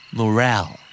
Morale